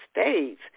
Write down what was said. states